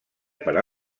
per